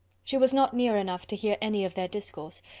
she was not near enough to hear any of their discourse,